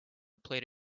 plate